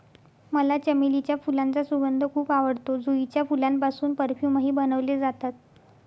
मला चमेलीच्या फुलांचा सुगंध खूप आवडतो, जुईच्या फुलांपासून परफ्यूमही बनवले जातात